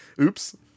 Oops